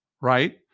right